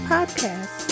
Podcast